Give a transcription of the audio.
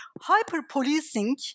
hyper-policing